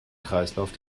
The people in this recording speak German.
kreislauf